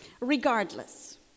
Regardless